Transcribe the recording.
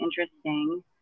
interesting